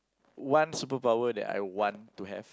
one superpower that I want to have